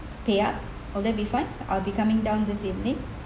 pay up will that be fine I'll be coming down this evening